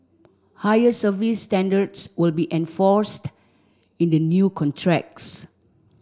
higher service standards will be enforced in the new contracts